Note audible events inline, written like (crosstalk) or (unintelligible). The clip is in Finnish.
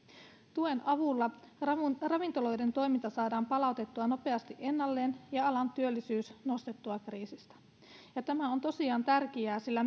tuen avulla ravintoloiden toiminta saadaan palautettua nopeasti ennalleen ja alan työllisyys nostettua kriisistä tämä on tosiaan tärkeää sillä (unintelligible)